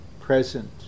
present